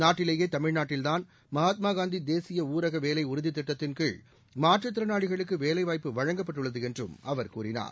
நாட்டிலேயே தமிழ்நாட்டில் தான் மகாத்மா காந்தி தேசிய ஊரக வேலை உறுதி திட்டத்தின்கீழ் மாற்றுத் திறனாளிகளுக்கு வேலைவாய்ப்பு வழங்கப்பட்டுள்ளது என்றும் அவர் கூறினார்